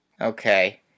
Okay